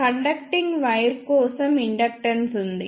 conducting wire కోసం inductance ఉంది